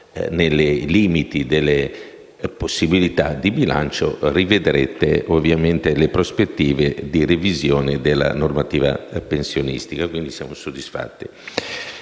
nei limiti delle possibilità di bilancio, rivedrete le prospettive di revisione della normativa pensionistica; quindi, siamo soddisfatti.